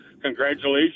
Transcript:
Congratulations